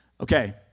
Okay